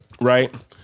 Right